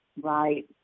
Right